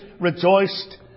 rejoiced